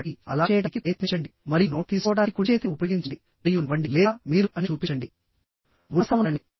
కాబట్టిఅలా చేయడానికి ప్రయత్నించండి మరియు నోట్స్ తీసుకోవడానికి కుడి చేతిని ఉపయోగించండి మరియు నవ్వండి లేదా మీరు అని చూపించండి ఉల్లాసంగా ఉన్నారని